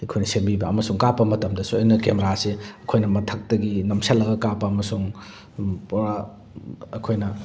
ꯑꯩꯈꯣꯏꯅ ꯁꯦꯝꯕꯤꯕ ꯑꯃꯁꯨꯡ ꯀꯥꯞꯄ ꯃꯇꯝꯗꯁꯨ ꯑꯩꯅ ꯀꯦꯃꯦꯔꯥꯁꯤ ꯑꯩꯈꯣꯏꯅ ꯃꯊꯛꯇꯒꯤ ꯅꯝꯁꯜꯂꯒ ꯀꯥꯞꯄ ꯑꯃꯁꯨꯡ ꯄꯨꯔꯥ ꯑꯩꯈꯣꯏꯅ